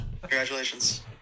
Congratulations